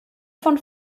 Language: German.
von